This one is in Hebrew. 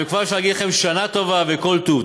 וכבר אפשר להגיד לכם שנה טובה וכל טוב.